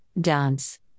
Dance